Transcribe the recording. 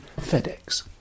FedEx